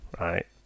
right